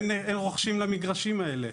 אין רוכשים למגרשים האלה.